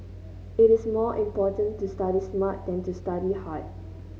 it is more important to study smart than to study hard